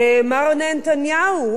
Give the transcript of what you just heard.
מר נתניהו,